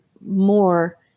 more